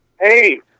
Hey